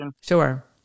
Sure